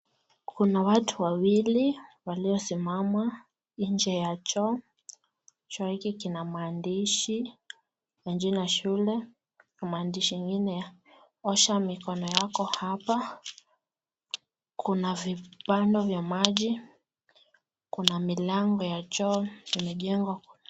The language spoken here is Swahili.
Kuna watu wawili waliosimama inje ya choo, choo hiki kinamaandishi ya jina shule na maandishi ingine ya osha mikono yako hapa, kuna vibando ya maji kuna milango ya choo imejengwa.